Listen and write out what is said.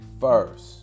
first